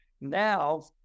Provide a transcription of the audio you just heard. Now